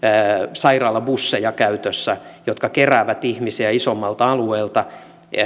sairaalabusseja käytössä jotka keräävät ihmisiä isommalta alueelta